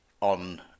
on